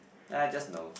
I just no